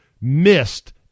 missed